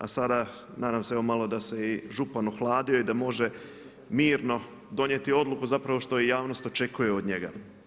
A sada nadam se evo malo da se i župan ohladio i da može mirno donijeti odluku što i javnost očekuje od njega.